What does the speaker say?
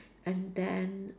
and then